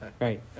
right